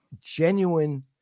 genuine